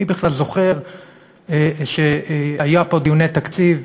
מי בכלל זוכר שהיו דיוני תקציב,